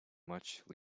much